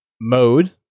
mode